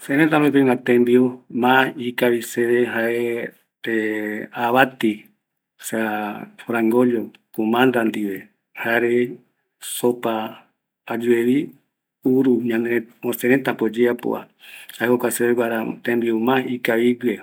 Sërëtä rupigua tembiu mas ayue jae avati, frangollo cumanda ndive, jare jokua ayuevi uru seretape oyeapova, jae jokua seveguara tembiu ikavigueva